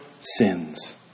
sins